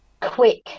quick